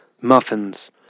Muffins